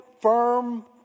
firm